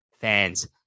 fans